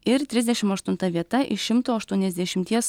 ir trisdešim aštunta vieta iš šimto aštuoniasdešimties